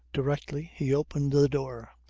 directly he opened the door,